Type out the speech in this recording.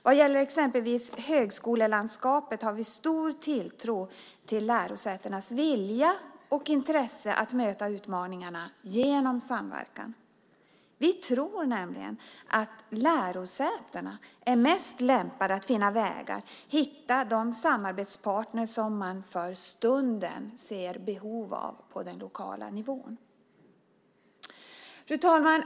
Vad gäller exempelvis högskolelandskapet har vi stor tilltro till lärosätenas vilja och intresse av att möta utmaningarna genom samverkan. Vi tror nämligen att lärosätena är mest lämpade att finna vägar och hitta de samarbetspartner som man för stunden ser behov av på den lokala nivån. Fru talman!